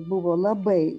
buvo labai